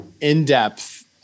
in-depth